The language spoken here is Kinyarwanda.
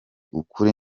ukuri